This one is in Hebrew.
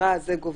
סתירה זה גובר.